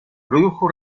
produjo